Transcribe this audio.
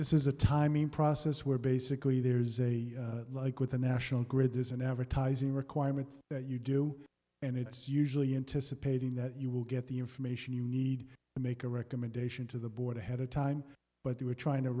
this is a time in process where basically there's a like with a national grid there's an advertising requirement that you do and it's usually intice a paging that you will get the information you need to make a recommendation to the board ahead of time but they were trying to